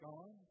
God